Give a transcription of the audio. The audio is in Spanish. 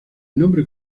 nombre